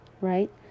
right